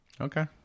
Okay